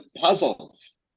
puzzles